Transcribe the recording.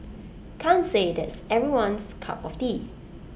can't say that's everyone's cup of tea